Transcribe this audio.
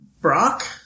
Brock